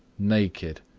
naked.